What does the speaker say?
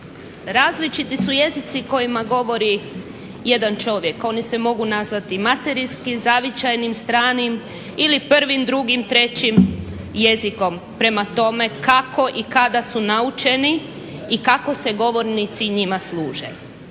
Različiti su jezici kojima govori jedan čovjek. Oni se mogu nazvati materinski, zavičajnim, stranim ili prvim, drugim, trećim jezikom prema tome kako i kada su naučeni i kako se govornici njima služe.